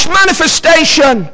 manifestation